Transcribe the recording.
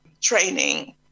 training